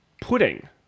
pudding